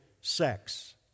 sex